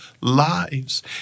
lives